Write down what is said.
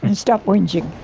and stop whinging. june